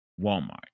Walmart